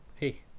Hey